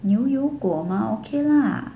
牛油果吗 okay lah